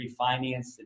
refinance